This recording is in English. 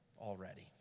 already